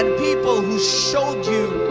and people who showed you